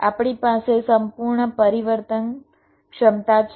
આપણી પાસે સંપૂર્ણ પરિવર્તનક્ષમતા છે